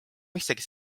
mõistagi